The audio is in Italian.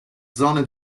zona